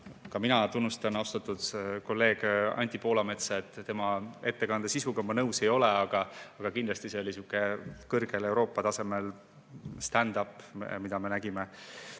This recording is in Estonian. Ka mina tunnustan austatud kolleeg Anti Poolametsa. Tema ettekande sisuga ma nõus ei ole, aga kindlasti oli see sihuke kõrgel Euroopa tasemelstand-up, mida me nägime.